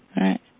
Right